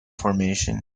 formation